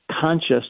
conscious